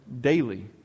daily